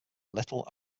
little